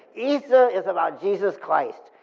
easter is about jesus christ.